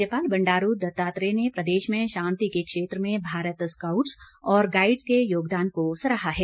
राज्यपाल बंडारू दत्तात्रेय ने प्रदेश में शांति के क्षेत्र में भारत स्कॉउट्स और गाईडस के योगदान को सराहा है